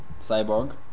Cyborg